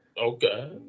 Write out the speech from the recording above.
Okay